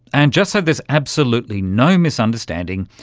and just so there's absolutely no misunderstanding,